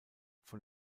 von